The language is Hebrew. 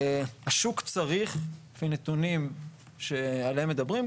השוק צריך לפי נתונים שעליהם מדברים,